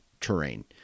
terrain